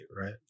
right